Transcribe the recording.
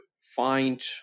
find